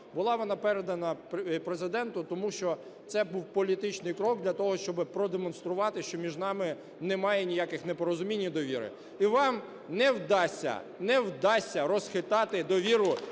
Була вона передана Президенту, тому що це був політичний крок для того, щоби продемонструвати, що між нами немає ніяких непорозумінь і недовіри. І вам не вдасться, не вдасться розхитати довіру